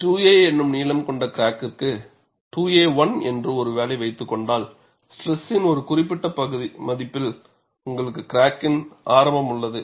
2a என்னும் நீளம் கொண்ட கிராக்கிற்கு 2a1 என்று ஒரு வேளை வைத்துக் கொண்டால் ஸ்ட்ரெஸின் ஒரு குறிப்பிட்ட மதிப்பில் உங்களுக்கு கிராக்கின் ஆரம்பம் உள்ளது